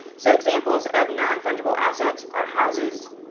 so examples of non-fungible assets are houses,